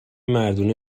مردونه